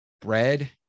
bread